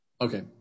Okay